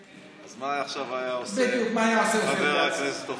מה היה עושה עכשיו חבר הכנסת אופיר כץ?